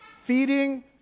Feeding